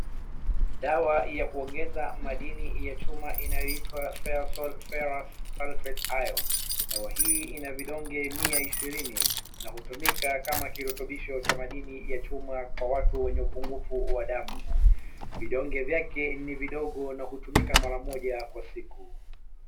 Dawa ya kuongeza madini ya chuma inayoitwa Feosol, Ferrous Sulfate Iron . Dawa hii ina vidonge 120 na hutumika kama kirutubisho cha madini ya chuma kwa watu wenye upungufu wa damu. Vidonge vyake ni vidogo na hutumika mara moja kwa siku.